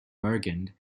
bergen